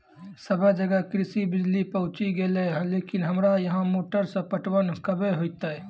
सबे जगह कृषि बिज़ली पहुंची गेलै लेकिन हमरा यहाँ मोटर से पटवन कबे होतय?